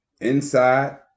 inside